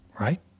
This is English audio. right